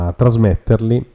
trasmetterli